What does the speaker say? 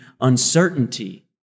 uncertainty